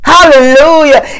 Hallelujah